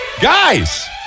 Guys